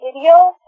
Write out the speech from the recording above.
video